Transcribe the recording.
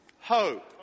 Hope